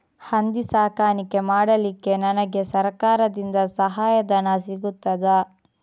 ಹಂದಿ ಸಾಕಾಣಿಕೆ ಮಾಡಲಿಕ್ಕೆ ನನಗೆ ಸರಕಾರದಿಂದ ಸಹಾಯಧನ ಸಿಗುತ್ತದಾ?